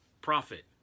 profit